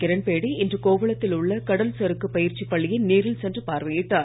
கிரண்பேடி இன்று கோவள த்தில் உள்ள கடல் சறுக்கு பயிற்சிப் பள்ளியை நேரில் சென்று பார்வையிட்டார்